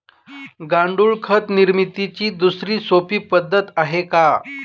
गांडूळ खत निर्मितीची दुसरी सोपी पद्धत आहे का?